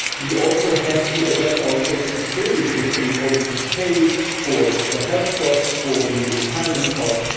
we also have to adapt our social security system in order to pay for the health costs, for the retirement costs,